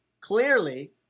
clearly